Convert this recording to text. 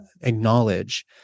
acknowledge